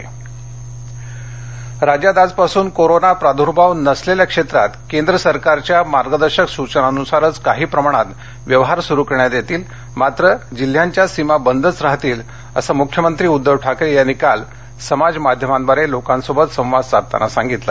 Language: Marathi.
उद्दव ठाकरे राज्यात आजपासून कोरोना प्रादुर्भाव नसलेल्या क्षेत्रांत केंद्र सरकारच्या मार्गदर्शक सुघनांनुसारच काही प्रमाणात व्यवहार सुरु करण्यात येतील मात्र जिल्ह्यांच्या सीमा बंदच राहतील असं मुख्यमंत्री उद्दव ठाकरे यांनी काल समाज माध्यमाद्वारे लोकांसोबत संवाद साधताना सांगितलं